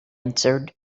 answered